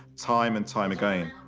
time and time again,